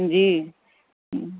جی